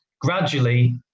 gradually